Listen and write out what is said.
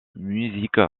musique